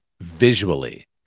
visually